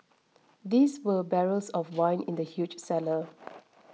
these were barrels of wine in the huge cellar